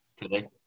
Today